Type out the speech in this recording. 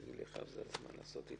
--- לעשות את